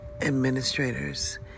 administrators